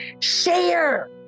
share